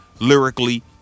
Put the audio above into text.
lyrically